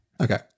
Okay